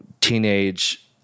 teenage